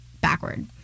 backward